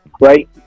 Right